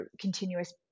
continuous